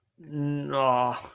No